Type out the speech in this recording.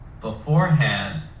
beforehand